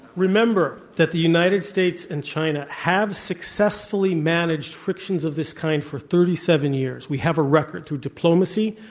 remember that the united states and china have successfully managed frictions of this kind for thirty seven years. we have a record through diplomacy,